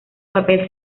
papel